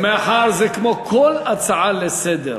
רבותי, מאחר שזה כמו כל הצעה לסדר-היום,